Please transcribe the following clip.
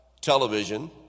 television